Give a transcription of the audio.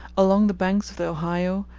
along the banks of the ohio,